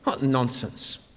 nonsense